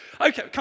okay